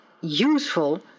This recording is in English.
useful